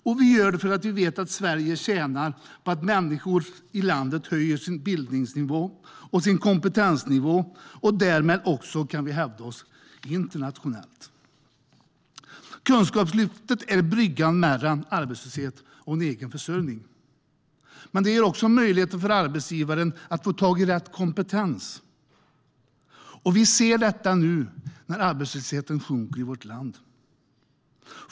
Och vi satsar för att vi vet att Sverige tjänar på att människor i landet höjer sin bildningsnivå och kompetensnivå, och därmed kan vi hävda oss internationellt. Kunskapslyftet är bryggan mellan arbetslöshet och egen försörjning. Det leder också till möjligheter för arbetsgivaren att få tag i rätt kompetens. Det ser vi nu när arbetslösheten sjunker i vårt land.